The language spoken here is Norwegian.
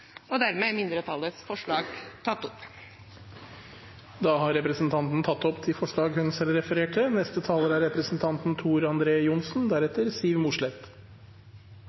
Og dermed er mindretallets forslag tatt opp. Da har representanten Kirsti Leirtrø tatt opp de forslagene hun refererte